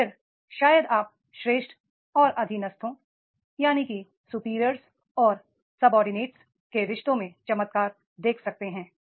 फिर शायद आप सुपीरियर और सबोर्डिनेट के रिश्तों में चमत्कार देख सकते हैं